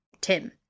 Tim